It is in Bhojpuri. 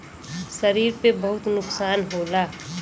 शरीर पे बहुत नुकसान होला